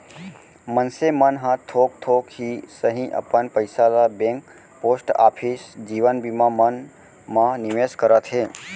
मनसे मन ह थोक थोक ही सही अपन पइसा ल बेंक, पोस्ट ऑफिस, जीवन बीमा मन म निवेस करत हे